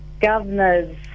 governor's